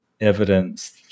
evidence